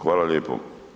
Hvala lijepo.